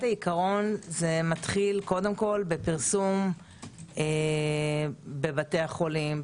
זה מתחיל בפרסום בבתי החולים קודם כל.